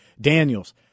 Daniels